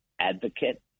advocate